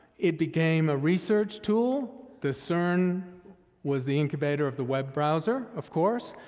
it became a research tool. the cern was the incubator of the web browser, of course.